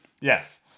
yes